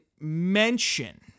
mention